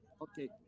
Okay